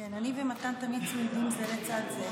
כן, אני ומתן תמיד צמודים זה לצד זה.